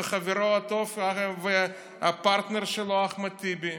וחברו הטוב והפרטנר שלו אחמד טיבי.